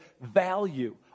value